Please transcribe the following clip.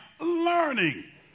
learning